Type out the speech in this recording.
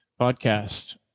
podcast